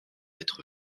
être